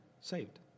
saved